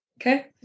Okay